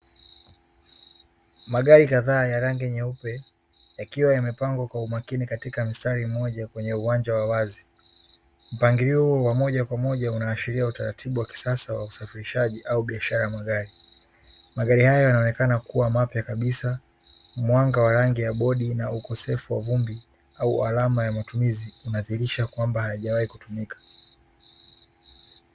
Magari kadhaa ya rangi nyeupe yakiwa yamepangwa kwa umakini katika mstari mmoja kwenye uwanja wa wazi, mpangilio huo wa moja kwa moja unaashiria utaratibu wa kisasa wa usafirishaji au biashara ya magari, magari hayo yanaonekana kuwa mapya kabisa mwanga wa rangi ya bodi na ukosefu wa vumbi au alama ya matumizi unadhihirisha kwamba hayajawahi kutumika.